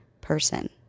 person